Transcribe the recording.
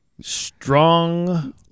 Strong